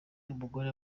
abagore